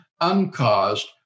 uncaused